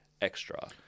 extra